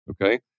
Okay